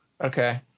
Okay